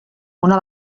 una